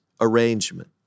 arrangement